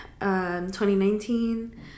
2019